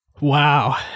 Wow